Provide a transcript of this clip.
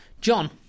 John